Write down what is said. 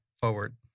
forward